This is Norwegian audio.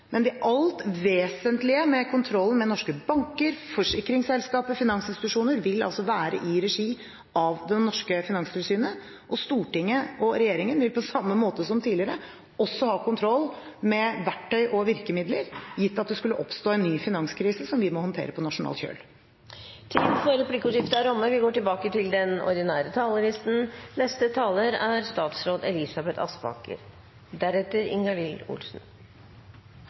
men det alt vesentlige med kontrollen med norske banker, forsikringsselskaper og finansinstitusjoner vil altså være i regi av det norske finanstilsynet. Stortinget og regjeringen vil på samme måte som tidligere også ha kontroll med verktøy og virkemidler, gitt at det skulle oppstå en ny finanskrise vi må håndtere på nasjonal kjøl. Dermed er replikkordskiftet omme. Det er en stor og viktig sak Stortinget i dag skal ta stilling til.